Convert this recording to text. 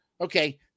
okay